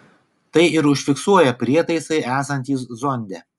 tai ir užfiksuoja prietaisai esantys zonde